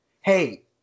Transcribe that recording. hey